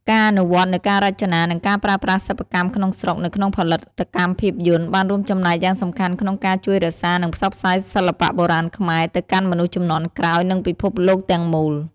ការអនុវត្តនូវការរចនា និងការប្រើប្រាស់សិប្បកម្មក្នុងស្រុកនៅក្នុងផលិតកម្មភាពយន្ត បានរួមចំណែកយ៉ាងសំខាន់ក្នុងការ ជួយរក្សា និងផ្សព្វផ្សាយសិល្បៈបុរាណខ្មែរ ទៅកាន់មនុស្សជំនាន់ក្រោយ និងពិភពលោកទាំងមូល។